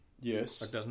Yes